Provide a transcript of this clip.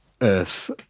Earth